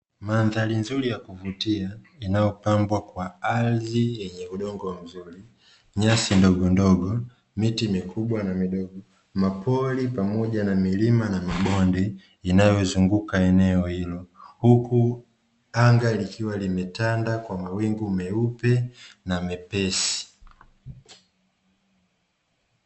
Mandhari nzuri ya kuvutia inayopambwa kwa ardhi yenye udongo mzuri, nyasi ndogondogo, miti mikubwa na midogo, mapori pamoja na milima na mabonde, inayozunguka eneo hilo, huku anga likiwa limetanda kwa mawingu meupe na mepesi.